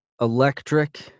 Electric